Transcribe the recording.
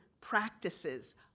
practices